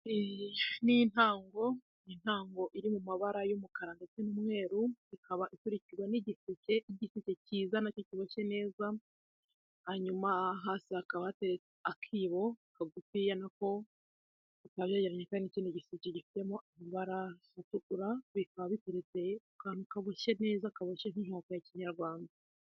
Iyi ni intango, intango iri mu mabara y'umukara ndetse n'umweru, ikaba ikurikirwa n'igiseke, igiseke cyiza nacyo kiboshye neza, hanyuma hasi haba akibo kagufiya na ko kameze neza, hakaba n'ikindi giseke gifitemo amabara atukura, bikaba biteretse ku kantu kaboshye neza kaboshye k'inkoko ya kinyarwanda.